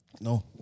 No